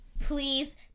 please